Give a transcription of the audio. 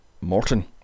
Morton